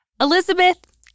Elizabeth